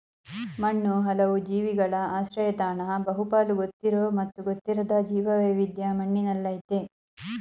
ಮಣ್ಣು ಹಲವು ಜೀವಿಗಳ ಆಶ್ರಯತಾಣ ಬಹುಪಾಲು ಗೊತ್ತಿರೋ ಮತ್ತು ಗೊತ್ತಿರದ ಜೀವವೈವಿಧ್ಯ ಮಣ್ಣಿನಲ್ಲಯ್ತೆ